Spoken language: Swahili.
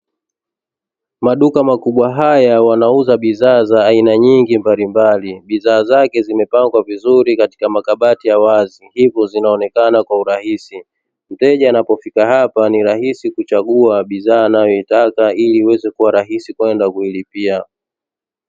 Maduka makubwa haya wanauza bidhaa za aina nyingi mbalimbali, bidhaa zake zimepangwa vizuri katika makabati ya wazi, hivyo zinaonekana kwa urahisi. Mteja anapofika hapa ni rahisi kuchagua bidhaa anayoitaka, ili iweze kuwa rahisi kuilipia.